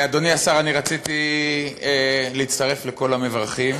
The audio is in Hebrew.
אדוני השר, רציתי להצטרף לכל המברכים,